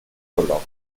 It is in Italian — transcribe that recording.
colloquio